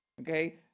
okay